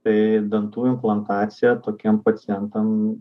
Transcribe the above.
tai dantų implantacija tokiem pacientam